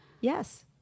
Yes